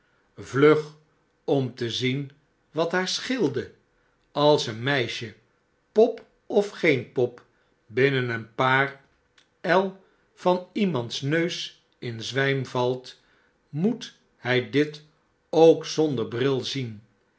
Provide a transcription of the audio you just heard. vlug om te zien wat haar scheelde als een meisje pop of geen pop binnen een paar el van iemands neus in zwijm valt moet hij dit ook zonder bril zien